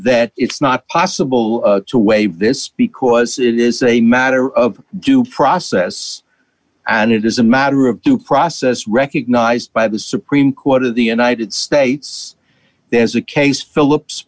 that it's not possible to waive this because it is a matter of due process and it is a matter of due process recognized by the supreme court of the united states there's a case phillips